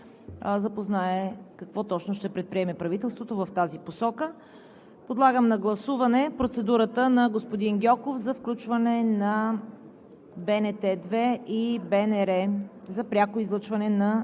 В рамките на другата седмица можем да поканим и госпожа Сачева да ни запознае какво точно ще предприеме правителството в тази посока. Подлагам на гласуване процедурата на господин Гьоков за пряко излъчване по